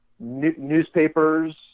newspapers